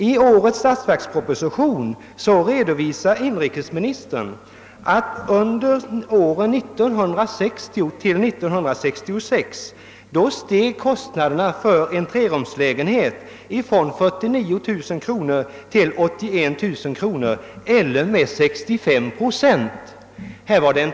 I årets statsverksproposition redovisar inrikesministern att kostnaderna för en trerumslägenhet under åren 1960—1966 steg från 49-000. kronor till 81 000 kronor eller -:med 65 procent.